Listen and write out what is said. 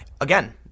Again